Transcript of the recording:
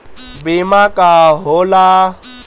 बीमा का होला?